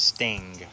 Sting